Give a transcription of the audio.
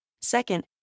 Second